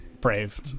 brave